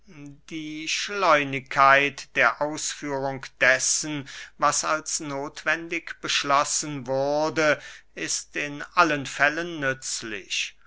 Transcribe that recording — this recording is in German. die schleunigkeit der ausführung dessen was als nothwendig beschlossen wurde ist in allen fällen nützlich